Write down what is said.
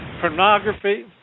Pornography